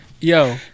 Yo